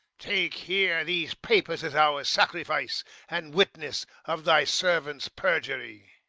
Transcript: take here these papers as our sacrifice and witness of thy servant's perjury!